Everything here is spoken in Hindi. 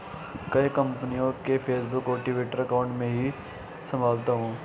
कई कंपनियों के फेसबुक और ट्विटर अकाउंट मैं ही संभालता हूं